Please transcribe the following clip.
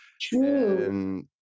True